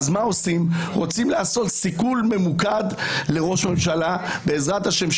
מה עושים רוצים לעשות סיכול ממוקד לראש ממשלה בעזרת השם,